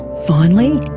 finally,